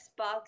Xbox